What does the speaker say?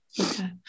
Okay